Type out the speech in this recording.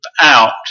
out